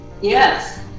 Yes